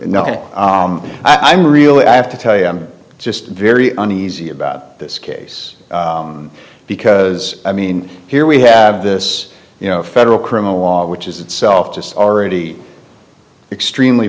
i'm really i have to tell you i'm just very uneasy about this case because i mean here we have this you know federal criminal law which is itself just already extremely